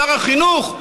שר החינוך,